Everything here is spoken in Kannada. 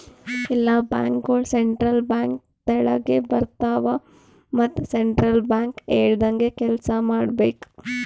ಎಲ್ಲಾ ಬ್ಯಾಂಕ್ಗೋಳು ಸೆಂಟ್ರಲ್ ಬ್ಯಾಂಕ್ ತೆಳಗೆ ಬರ್ತಾವ ಮತ್ ಸೆಂಟ್ರಲ್ ಬ್ಯಾಂಕ್ ಹೇಳ್ದಂಗೆ ಕೆಲ್ಸಾ ಮಾಡ್ಬೇಕ್